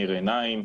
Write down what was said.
מאיר עיניים.